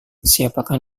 siapakah